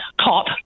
cop